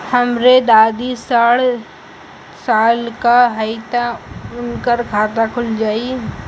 हमरे दादी साढ़ साल क हइ त उनकर खाता खुल जाई?